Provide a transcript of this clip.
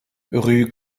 rue